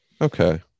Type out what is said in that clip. okay